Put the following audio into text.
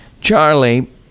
Charlie